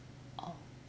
orh